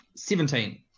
Seventeen